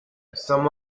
some